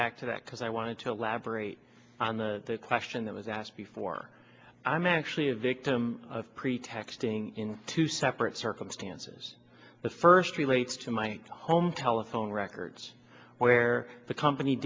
back to that because i wanted to lab rate on the question that was asked before i'm actually a victim of pretexting in two separate circumstances the first relates to my home telephone records where the company